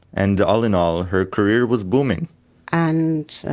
and all in all, her career was booming and,